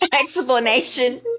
explanation